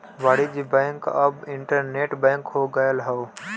वाणिज्य बैंक अब internet bank हो गयल हौ